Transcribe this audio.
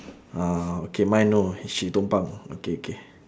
orh okay mine no she tumpang okay okay